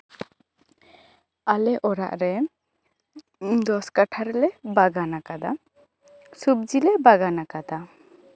ᱟᱞᱮ ᱚᱲᱟᱜᱨᱮ ᱫᱚᱥ ᱠᱟᱴᱷᱟ ᱨᱮᱞᱮ ᱵᱟᱜᱟᱱ ᱠᱟᱫᱟ ᱥᱚᱵᱡᱤᱞᱮ ᱵᱟᱜᱟᱱ ᱠᱟᱫᱟ